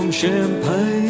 champagne